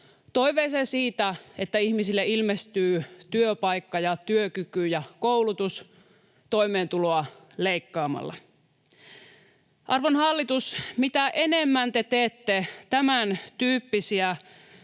toiveeseen siitä, että ihmisille ilmestyy työpaikka ja työkyky ja koulutus toimeentuloa leikkaamalla. Arvon hallitus, mitä enemmän te teette tämäntyyppisiä